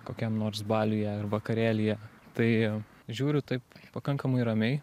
kokiam nors baliuje ar vakarėlyje tai žiūriu taip pakankamai ramiai